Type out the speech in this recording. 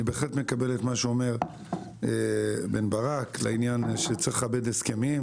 אני בהחלט מקבל את מה שאומר בן ברק לעניין שצריך לכבד הסכמים.